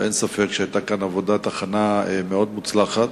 אין ספק שהיתה כאן עבודת הכנה מאוד מוצלחת.